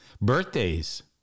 Birthdays